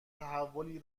تحولی